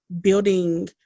building